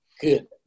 good